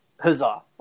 Huzzah